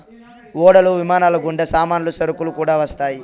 ఓడలు విమానాలు గుండా సామాన్లు సరుకులు కూడా వస్తాయి